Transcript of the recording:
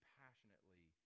passionately